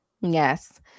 Yes